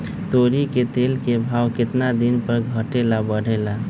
तोरी के तेल के भाव केतना दिन पर घटे ला बढ़े ला?